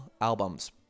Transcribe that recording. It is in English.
albums